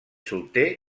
solter